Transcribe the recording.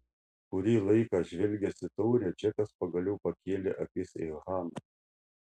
kurį laiką žvelgęs į taurę džekas pagaliau pakėlė akis į haną